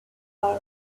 army